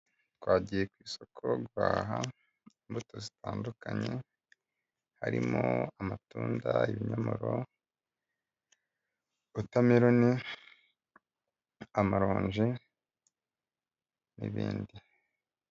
Twagiye ku isoko guhaha imbuto zitandukanye harimo amatunda, ibinyomoro, watermelon, amaronji n'ibindi.